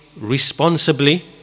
responsibly